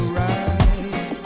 right